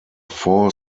four